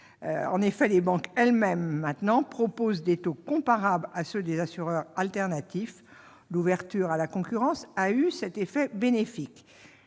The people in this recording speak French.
En effet, les banques elles-mêmes proposent maintenant des taux comparables à ceux des assureurs alternatifs. L'ouverture à la concurrence a eu cet effet bénéfique.